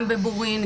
גם בבורין,